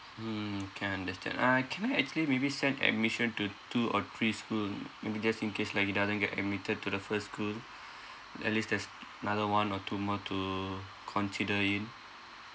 mm K understand uh can I actually maybe send admission to two or three school mm maybe just in case like he doesn't get admitted to the first school at least there's another one or two more to consider in